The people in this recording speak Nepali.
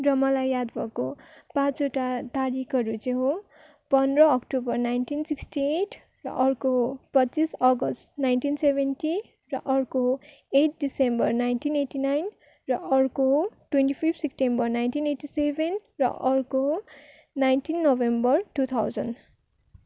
र मलाई याद भएको पाँचवटा तारिखहरू चाहिँ हो पन्ध्र अक्टोबर नाइन्टिन अर्को पच्चिस अगस्ट नाइन्टीन सेभेन्टी अर्को eight December nineteen eighty nine र अर्को हो twenty fifth September nineteen eighty seven र अर्को नाइन्टिन नोभेम्बर टू थाउज्ड